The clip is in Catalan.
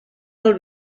del